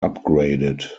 upgraded